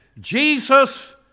Jesus